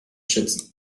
schützen